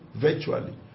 virtually